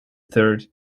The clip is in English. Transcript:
third